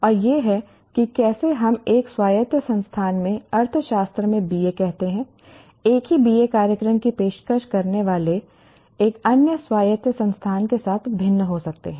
और यह है कि कैसे हम एक स्वायत्त संस्थान में अर्थशास्त्र में BA कहते हैं एक ही BA कार्यक्रम की पेशकश करने वाले एक अन्य स्वायत्त संस्थान के साथ भिन्न हो सकते हैं